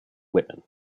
whitman